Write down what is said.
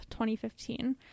2015